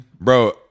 bro